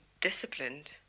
disciplined